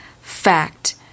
Fact